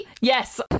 Yes